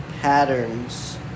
patterns